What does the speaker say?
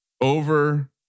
over